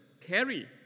carry